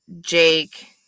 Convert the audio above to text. jake